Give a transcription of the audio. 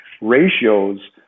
Ratios